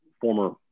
former